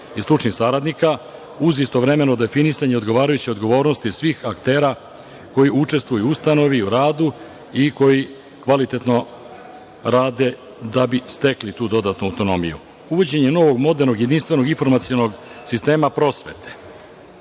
i stručnih saradnika, uz istovremeno definisanje odgovarajuće odgovornosti svih aktera koji učestvuju u ustanovi, u radu i koji kvalitetno rade da bi stekli tu dodatnu autonomiju. Uvođenjem novog modernog jedinstvenog informacionog sistema prosvete,